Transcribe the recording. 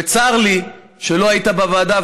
וצר לי שלא היית בוועדה,